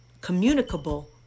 communicable